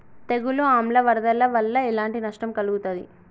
తెగులు ఆమ్ల వరదల వల్ల ఎలాంటి నష్టం కలుగుతది?